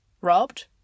robbed